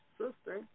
sister